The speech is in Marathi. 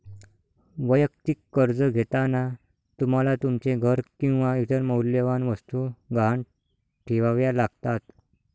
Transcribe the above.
वैयक्तिक कर्ज घेताना तुम्हाला तुमचे घर किंवा इतर मौल्यवान वस्तू गहाण ठेवाव्या लागतात